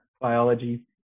biology